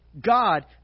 God